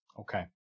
Okay